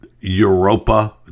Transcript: Europa